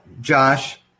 Josh